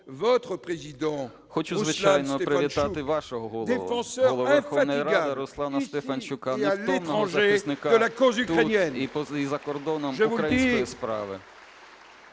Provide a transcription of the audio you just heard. Хочу, звичайно, привітати вашого голову – Голову Верховної Ради Руслана Стефанчука – невтомного захисника тут і за кордоном української справи.